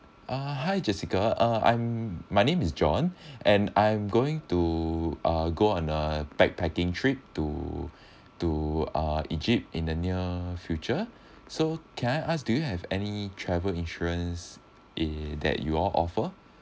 uh hi jessica uh I'm my name is john and I am going to uh go on a backpacking trip to to uh egypt in the near future so can I ask do you have any travel insurance eh that you all offer